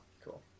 Cool